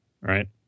right